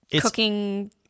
cooking